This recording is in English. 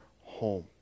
home